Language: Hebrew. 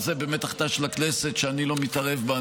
אבל זו באמת החלטה של הכנסת שאני לא מתערב בה.